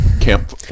Camp